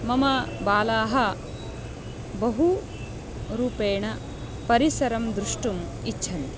मम बालाः बहुरूपेण परिसरं द्रष्टुम् इच्छन्ति